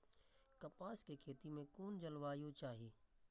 कपास के खेती में कुन जलवायु चाही?